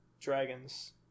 Dragons